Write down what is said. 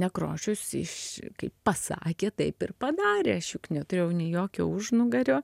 nekrošius iš kaip pasakė taip ir padarė aš juk neturėjau nei jokio užnugario